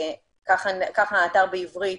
כך האתר בעברית,